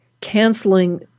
canceling